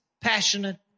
passionate